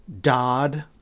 Dodd